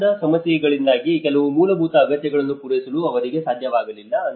ಸಂಪರ್ಕದ ಸಮಸ್ಯೆಗಳಿಂದಾಗಿ ಕೆಲವು ಮೂಲಭೂತ ಅಗತ್ಯಗಳನ್ನು ಪೂರೈಸಲು ಅವರಿಗೆ ಸಾಧ್ಯವಾಗಲಿಲ್ಲ